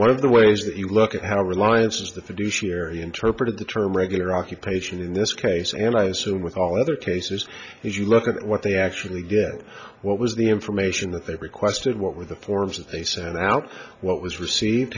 one of the ways that you look at how reliance is the fiduciary interpreted the term regular occupation in this case and i assume with all other cases is you look at what they actually get what was the information that they requested what were the forms that they sent out what was received